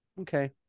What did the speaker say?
Okay